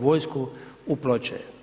vojsku u Ploče.